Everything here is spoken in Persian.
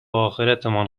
آخرتمان